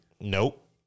Nope